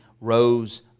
rose